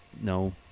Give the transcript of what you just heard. no